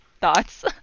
thoughts